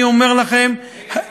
אכן, אני אומר לכם, חבר'ה,